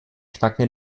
knacken